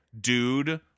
dude